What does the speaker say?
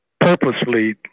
purposely